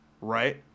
right